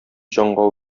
җанга